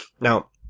now